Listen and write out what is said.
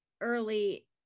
early